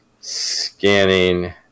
scanning